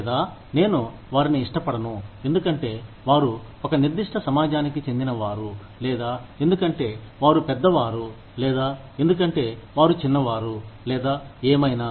లేదా నేను వారిని ఇష్టపడను ఎందుకంటే వారు ఒక నిర్దిష్ట సమాజానికి చెందినవారు లేదా ఎందుకంటే వారు పెద్దవారు లేదా ఎందుకంటే వారు చిన్నవారు లేదా ఏమైనా